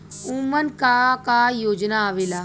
उमन का का योजना आवेला?